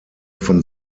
von